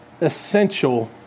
essential